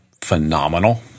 phenomenal